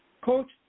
coach